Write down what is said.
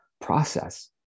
process